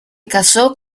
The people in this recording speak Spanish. casó